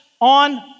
on